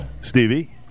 Stevie